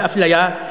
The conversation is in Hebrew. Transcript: ואפליה,